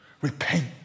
Repent